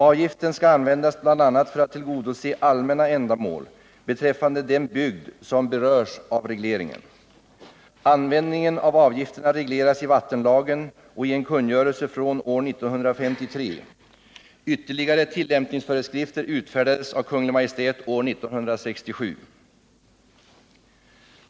Avgiften skall användas bl.a. för att tillgodose allmänna ändamål beträffande den bygd som berörs av regleringen. Användningen av avgifterna regleras i vattenlagen och i en kungörelse från år 1953. Ytterligare tillämpningsföreskrifter utfärdades av Kungl. Maj:t år 1967.